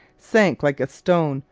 sank like a stone,